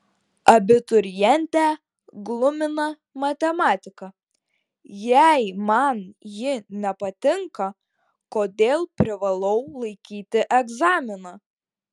abiturientę glumina matematika jei man ji nepatinka kodėl privalau laikyti egzaminą